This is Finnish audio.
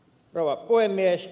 rouva puhemies